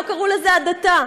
לא קראו לזה הדתה.